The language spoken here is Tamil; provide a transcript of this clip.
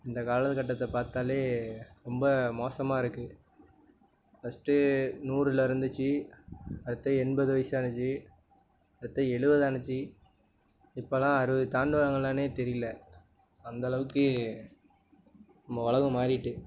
இந்த காலகட்டத்தை பார்த்தாலே ரொம்ப மோசமாக இருக்கு ஃபர்ஸ்ட்டு நூறில் இருந்துச்சு அடுத்து எண்பது வயசு ஆனுச்சு அடுத்து எழுபதானுச்சி இப்போல்லாம் அறுபது தாண்டுவாங்களானே தெரியல அந்த அளவுக்கு நம்ம உலகம் மாறிவிட்டு